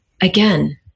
again